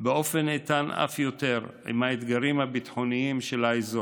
באופן איתן אף יותר עם האתגרים הביטחוניים של האזור.